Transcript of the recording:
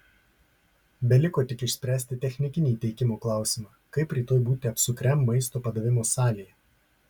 beliko tik išspręsti technikinį įteikimo klausimą kaip rytoj būti apsukriam maisto padavimo salėje